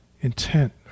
intent